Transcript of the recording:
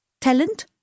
Talent